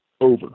over